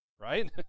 Right